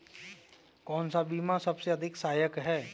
कौन सा बीमा सबसे अधिक सहायक है?